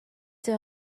der